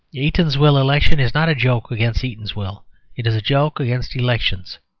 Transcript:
eatanswill election is not a joke against eatanswill it is a joke against elections.